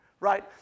Right